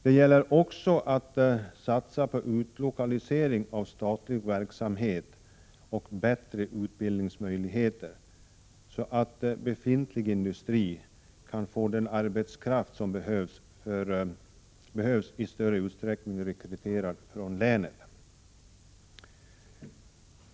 Det gäller också att satsa på utlokalisering av statlig verksamhet och bättre utbildningsmöjligheter, så att befintlig industri kan få den arbetskraft som i större utsträckning behöver rekryteras från länet.